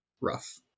rough